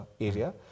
area